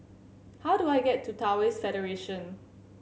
how do I get to Taoist Federation